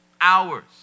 hours